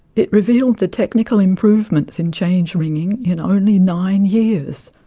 it revealed the technical improvements in change ringing in only nine years.